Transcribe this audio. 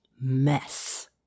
mess